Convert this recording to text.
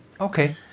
Okay